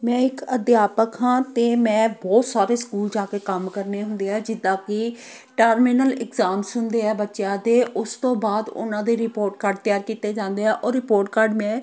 ਮੈਂ ਇੱਕ ਅਧਿਆਪਕ ਹਾਂ ਅਤੇ ਮੈਂ ਬਹੁਤ ਸਾਰੇ ਸਕੂਲ ਜਾ ਕੇ ਕੰਮ ਕਰਨੇ ਹੁੰਦੇ ਆ ਜਿੱਦਾਂ ਕਿ ਟਰਮੀਨਲ ਐਗਜ਼ਾਮਸ ਹੁੰਦੇ ਆ ਬੱਚਿਆਂ ਦੇ ਉਸ ਤੋਂ ਬਾਅਦ ਉਹਨਾਂ ਦੇ ਰਿਪੋਰਟ ਕਾਰਡ ਤਿਆਰ ਕੀਤੇ ਜਾਂਦੇ ਆ ਉਹ ਰਿਪੋਰਟ ਕਾਰਡ ਮੈਂ